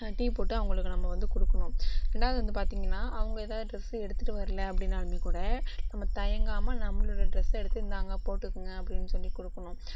tea போட்டு அவங்களுக்கு நம்ம வந்து கொடுக்குணும் ரெண்டாவது வந்து பார்த்தீங்கனா அவங்க ஏதாவது ட்ரெஸு எடுத்துட்டு வரல அப்படினாலும் கூட நம்ம தயங்காமல் நம்மளோடை ட்ரெஸை எடுத்து இந்தாங்க போட்டுக்கோங்க அப்படின்னு சொல்லி கொடுக்குணும்